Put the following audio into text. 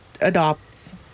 adopts